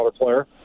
player